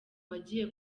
wagiye